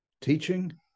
teaching